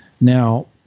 Now